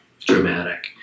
dramatic